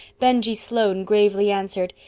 benjie sloane gravely answered,